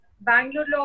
Bangalore